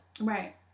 Right